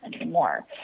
anymore